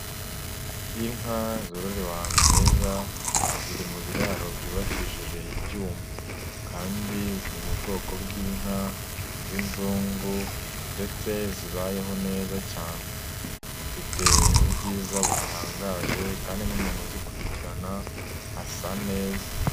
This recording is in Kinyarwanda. Inka zororewe ahantu heza ziri mu biraro byubakishije ibyuma kandi ziri mu bwoko bw'inka z'inzungu ndetse zibayeho neza cyane. Zifite ubwiza butangaje kandi n'umuntu uzikurikirana asa neza.